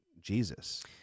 Jesus